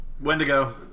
wendigo